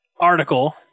article